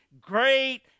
great